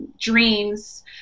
dreams